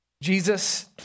Jesus